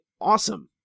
awesome